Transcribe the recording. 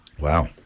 wow